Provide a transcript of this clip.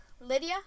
Lydia